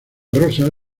rosa